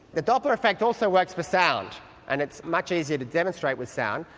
the doppler effect also works for sound and it's much easier to demonstrate with sound.